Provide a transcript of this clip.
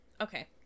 okay